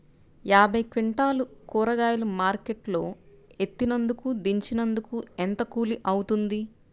యాభై క్వింటాలు కూరగాయలు మార్కెట్ లో ఎత్తినందుకు, దించినందుకు ఏంత కూలి అవుతుంది?